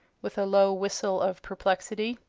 with a low whistle of perplexity.